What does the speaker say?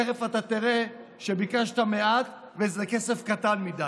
תכף אתה תראה שביקשת מעט וזה כסף קטן מדי.